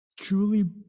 truly